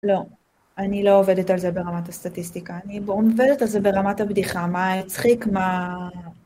לא, אני לא עובדת על זה ברמת הסטטיסטיקה, אני עובדת על זה ברמת הבדיחה, מה הצחיק, מה...